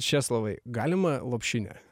česlovai galima lopšinę